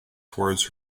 towards